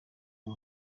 aho